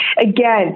Again